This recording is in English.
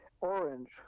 orange